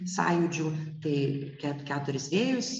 sąjūdžių tai ke keturis vėjus